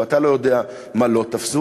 ואתה לא יודע את מה שלא תפסו.